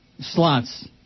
slots